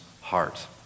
heart